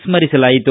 ಸ್ತರಿಸಲಾಯಿತು